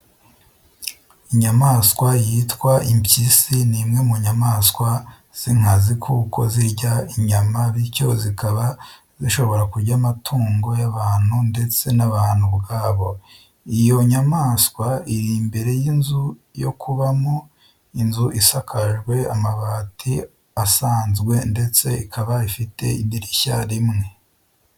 Inyamaswa yitwa impyisi ni imwe mu nyamaswa z'inkazi kuko zirya inyama bityo zikaba zishobora kurya amatungo y'abantu ndetse n'abantu ubwabo. Iyo nyamaswa iri imbere y'inzu yo kubamo; inzu isakajwe amabati asnzwe ndetse ikaba ifite idirishya rimwe